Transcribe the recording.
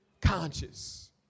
conscious